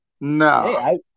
no